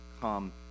come